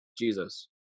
Jesus